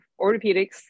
orthopedics